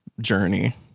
journey